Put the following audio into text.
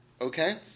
Okay